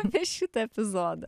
apie šitą epizodą